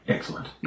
Excellent